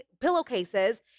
pillowcases